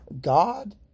God